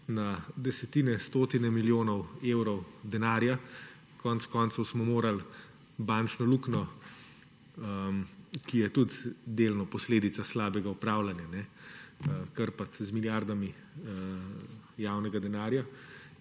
na desetine, stotine milijonov evrov denarja. Konec koncev smo morali bančno luknjo, ki je tudi delno posledica slabega upravljanja, krpati z milijardami javnega denarja